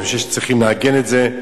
אני חושב שצריך לעגן את זה.